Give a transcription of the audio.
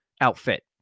outfit